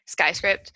Skyscript